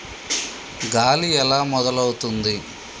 గాలి ఎలా మొదలవుతుంది?